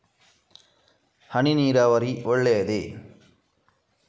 ಹನಿ ನೀರಾವರಿ ಒಳ್ಳೆಯದೇ?